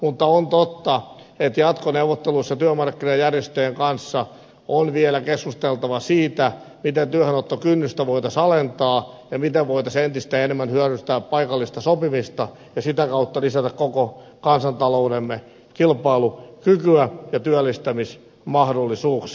mutta on totta että jatkoneuvotteluissa työmarkkinajärjestöjen kanssa on vielä keskusteltava siitä miten työhönottokynnystä voitaisiin alentaa ja miten voitaisiin entistä enemmän hyödyntää paikallista sopimista ja sitä kautta lisätä koko kansantaloutemme kilpailukykyä ja työllistämismahdollisuuksia